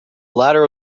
ladder